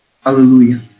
Hallelujah